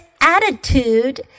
attitude